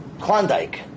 Klondike